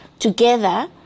together